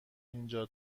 اینجا